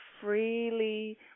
freely